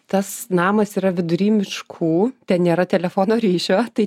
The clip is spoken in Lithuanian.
tas namas yra vidury miškų ten nėra telefono ryšio tai